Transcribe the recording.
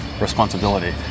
responsibility